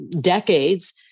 decades